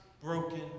broken